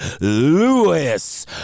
Lewis